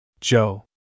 Joe